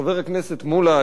חבר הכנסת מולה,